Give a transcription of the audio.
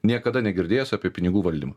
niekada negirdėjęs apie pinigų valdymą